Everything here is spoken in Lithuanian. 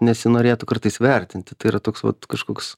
nesinorėtų kartais vertinti tai yra toks vat kažkoks